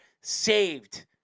saved